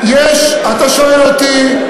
אתה שומע אותי.